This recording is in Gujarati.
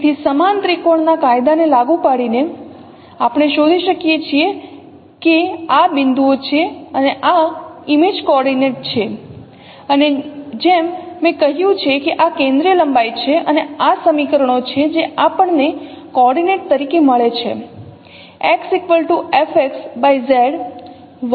તેથી તે સમાન ત્રિકોણના કાયદાને લાગુ પાડીને આપણે શોધી શકીએ કે આ બિંદુઓ છે અને આ ઇમેજ કોઓર્ડિનેટ છે અને જેમ મેં કહ્યું છે કે આ કેન્દ્રિય લંબાઈ છે અને આ સમીકરણો છે જે આપણને કોઓર્ડિનેટ તરીકે મળે છે